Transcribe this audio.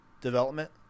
development